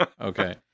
Okay